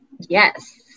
Yes